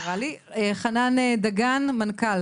חנן דגן, מנכ"ל